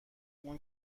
اون